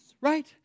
right